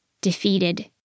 Defeated